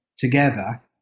together